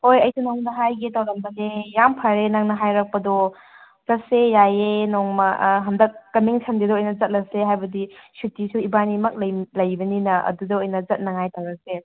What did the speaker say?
ꯍꯣꯏ ꯑꯩꯁꯨ ꯅꯉꯣꯟꯗ ꯍꯥꯏꯒꯦ ꯇꯧꯔꯝꯕꯅꯦ ꯌꯥꯝ ꯐꯔꯦ ꯅꯪꯅ ꯍꯥꯏꯔꯛꯄꯗꯣ ꯆꯠꯁꯦ ꯌꯥꯏꯑꯦ ꯅꯣꯡꯃ ꯍꯟꯗꯛ ꯀꯝꯃꯤꯡ ꯁꯟꯗꯦꯗ ꯑꯣꯏꯅ ꯆꯠꯂꯁꯦ ꯍꯥꯏꯕꯗꯤ ꯁꯨꯇꯤꯁꯨ ꯏꯕꯥꯏꯅꯤꯃꯛ ꯂꯩꯕꯅꯤꯅ ꯑꯗꯨꯗ ꯑꯣꯏꯅ ꯆꯠꯅꯉꯥꯏ ꯇꯧꯔꯁꯦ